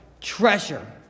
treasure